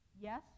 yes